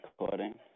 recording